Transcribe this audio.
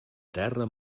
terra